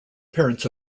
parents